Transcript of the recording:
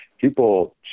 People